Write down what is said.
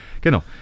Genau